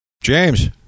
James